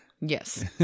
Yes